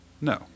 No